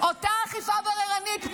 אותה אכיפה בררנית,